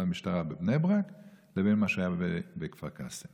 המשטרה בבני ברק לבין מה שהיה בכפר קאסם,